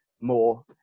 more